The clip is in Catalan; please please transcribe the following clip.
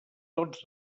tots